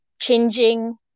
changing